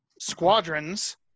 Squadrons